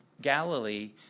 Galilee